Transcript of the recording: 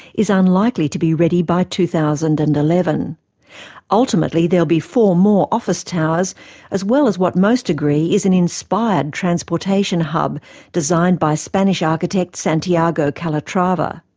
is unlikely to be ready by two thousand and eleven. ultimately there'll be four more office towers as well as what most agree is an inspired transportation hub designed by spanish architect santiago calatrava.